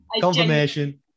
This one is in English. Confirmation